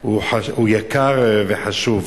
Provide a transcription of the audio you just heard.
הוא יקר וחשוב.